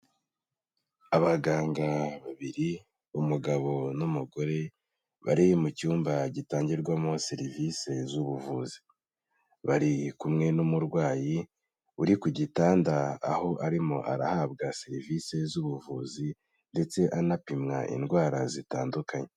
Abaganga babiri, umugabo n'umugore, bari mu cyumba gitangirwamo serivisi z'ubuvuzi, bari kumwe n'umurwayi uri ku gitanda aho arimo arahabwa serivisi z'ubuvuzi ndetse anapimwa indwara zitandukanye.